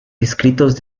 escritos